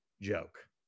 joke